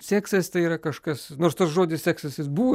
seksas tai yra kažkas nors tas žodis seksas jis buvo